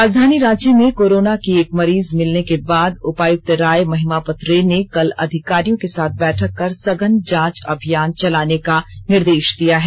राजधानी रांची में कोरोना की एक मरीज मिलने के बाद उपायुक्त राय महिमापत रे ने कल अधिकारियों के साथ बैठक कर सघन जांच अभियान चलाने का निर्देष दिया है